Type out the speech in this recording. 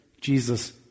Jesus